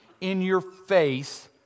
in-your-face